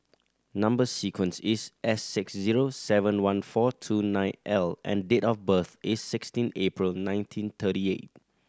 number sequence is S six zero seven one four two nine L and date of birth is sixteen April nineteen thirty eight